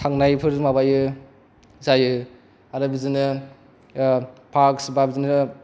थांनायफोर माबायो जायो आरो बिदिनो पार्कस बा बिदिनो